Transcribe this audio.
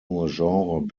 nur